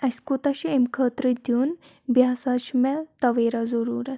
اسہِ کوتاہ چھُ اَمہِ خٲطرٕ دیٛن بیٚیہِ ہسا چھِ مےٚ تَویرا ضروٗرت